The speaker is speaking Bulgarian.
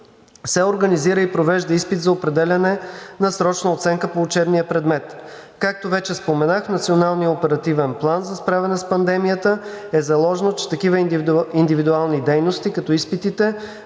се организира и провежда изпит за определяне на срочна оценка по учебния предмет. Както вече споменах, в Националния оперативен план за справяне с пандемията е заложено, че такива индивидуални дейности като изпитите